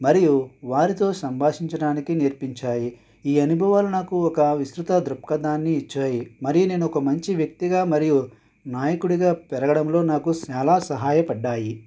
మరియు వారితో సంభాషించడానికి నేర్పించాయి ఈ అనుభవాలు నాకు ఒక విస్పృత దృక్పథాన్ని ఇచ్చాయి మరియు నేను ఒక మంచి వ్యక్తిగా మరియు నాయకుడిగా పెరగడంలో నాకు చాలా సహాయపడ్డాయి